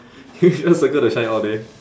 you just circle the shine all day